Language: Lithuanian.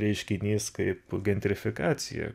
reiškinys kaip gentrifikacija